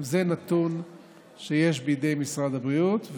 גם זה נתון שיש בידי משרד הבריאות,